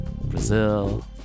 Brazil